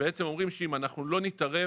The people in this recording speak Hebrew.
שבעצם אומרים שאם אנחנו לא נתערב,